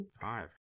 Five